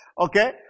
Okay